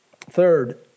Third